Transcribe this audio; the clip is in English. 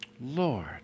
Lord